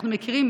אנחנו מכירים,